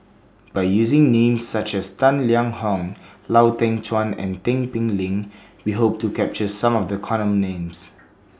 By using Names such as Tang Liang Hong Lau Teng Chuan and Tin Pei Ling We Hope to capture Some of The Common Names